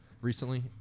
recently